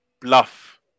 bluff